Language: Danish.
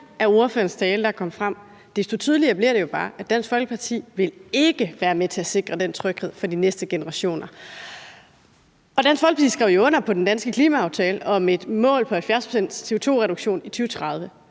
af ordførerens tale, der kom frem, desto tydeligere blev det jo bare, at Dansk Folkeparti ikke vil være med til at sikre den tryghed for de næste generationer. Dansk Folkeparti skrev jo under på den danske klimaaftale om et mål på 70 pct.s CO2-reduktion i 2030,